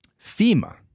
FEMA